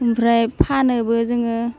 ओमफ्राय फानोबो जोङो